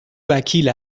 وکیل